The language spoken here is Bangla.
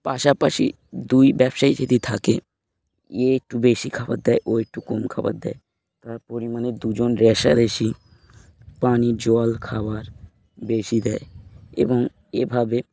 পাশাপাশি দুই ব্যবসায়ী যদি থাকে এ একটু বেশি খাবার দেয় ও একটু কম খাবার দেয় তার পরিমাণে দুজন রেশারেশি পানি জল খাবার বেশি দেয় এবং এভাবে